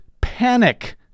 panic